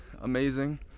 amazing